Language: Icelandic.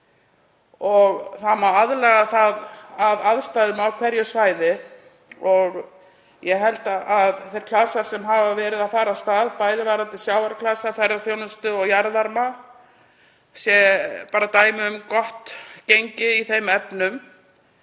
og það má aðlaga þá að aðstæðum á hverju svæði. Ég held að þeir klasar sem hafa verið að fara af stað, bæði varðandi sjávarklasa, ferðaþjónustu og jarðvarma, séu dæmi um gott gengi í þeim efnum.